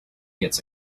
gets